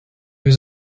was